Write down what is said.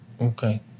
Okay